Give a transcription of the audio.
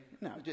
no